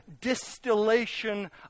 distillation